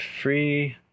free